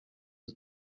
die